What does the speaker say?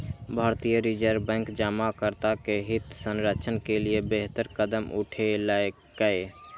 भारतीय reserve bank जमाकर्ता के हित संरक्षण के लिए बेहतर कदम उठेलकै